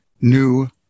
new